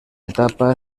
etapa